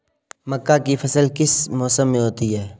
मक्का की फसल किस मौसम में होती है?